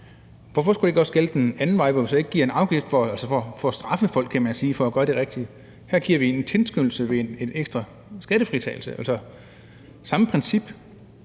Hvorfor skulle det så ikke gælde den anden vej, så man ikke pålægger en afgift for at straffe folk for at gøre det rigtige? Her giver vi en tilskyndelse ved at give en ekstra skattefritagelse. Det er det samme princip,